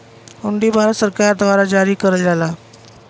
हुंडी भारत सरकार द्वारा जारी करल जाला